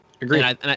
Agreed